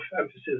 emphasis